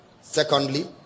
secondly